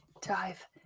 dive